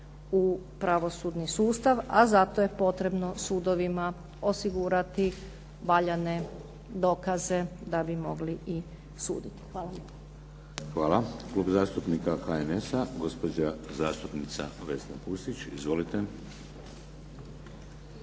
u pravosudni sustav, a zato je potrebno sudovima osigurati valjane dokaze da bi mogli i suditi. Hvala lijepa. **Šeks, Vladimir (HDZ)** Hvala. Klub zastupnika HNS-a, gospođa zastupnica Vesna Pusić. Izvolite.